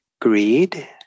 greed